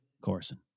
Corson